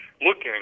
looking